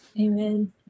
amen